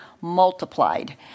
multiplied